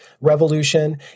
revolution